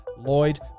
Lloyd